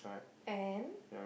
and